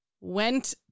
went